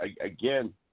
again